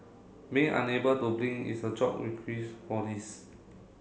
being unable to blink is a job for this